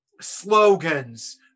slogans